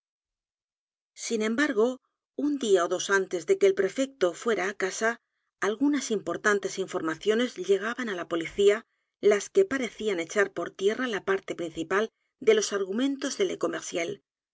sin embargo un día ó dos antes de que el prefecto fuera á casa algunas importantes informaciones llegaban á la policía las que parecían echar por tierra la p a r t e principal de los argumentos de